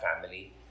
family